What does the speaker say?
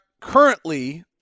currently